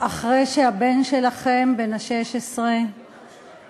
אחרי שהבן שלכם בן ה-16 נהרג,